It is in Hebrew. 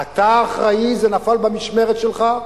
אתה אחראי, זה נפל במשמרת שלך.